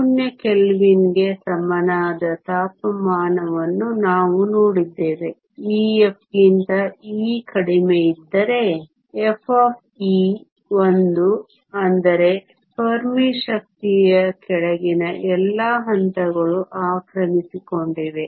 ಶೂನ್ಯ ಕೆಲ್ವಿನ್ಗೆ ಸಮನಾದ ತಾಪಮಾನವನ್ನು ನಾವು ನೋಡಿದ್ದೇವೆ Ef ಗಿಂತ E ಕಡಿಮೆಯಿದ್ದರೆ f 1 ಅಂದರೆ ಫೆರ್ಮಿ ಶಕ್ತಿಯ ಕೆಳಗಿನ ಎಲ್ಲಾ ಹಂತಗಳು ಆಕ್ರಮಿಸಿಕೊಂಡಿವೆ